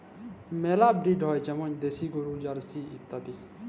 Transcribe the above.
মেলা ব্রিড হ্যয় যেমল দেশি গরু, জার্সি ইত্যাদি